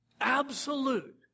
Absolute